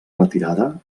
retirada